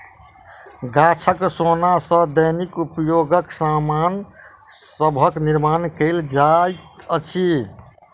गाछक सोन सॅ दैनिक उपयोगक सामान सभक निर्माण कयल जाइत अछि